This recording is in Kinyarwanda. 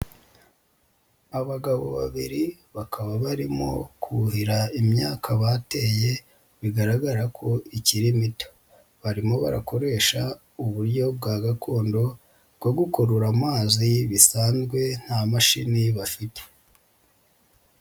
Abagabo babiri bakaba barimo kuhira imyaka bateye bigaragara ko ikiri mito, barimo barakoresha uburyo bwa gakondo bwo gukurura amazi bisanzwe nta mashini bafite.